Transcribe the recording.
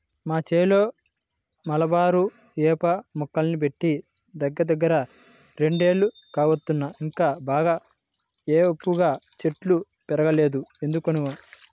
మా చేలో మలబారు వేప మొక్కల్ని బెట్టి దగ్గరదగ్గర రెండేళ్లు కావత్తన్నా ఇంకా బాగా ఏపుగా చెట్లు బెరగలేదు ఎందుకనో